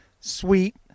sweet